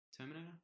Terminator